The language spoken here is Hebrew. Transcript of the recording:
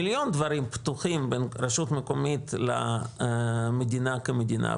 מיליון דברים פתוחים בין רשות מקומית למדינה כמדינה,